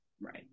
right